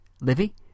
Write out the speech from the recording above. Livy